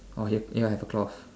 okay ya have a cloth